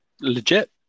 legit